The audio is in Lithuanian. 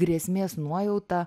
grėsmės nuojauta